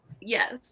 Yes